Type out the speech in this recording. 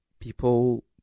People